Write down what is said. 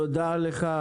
תודה לך,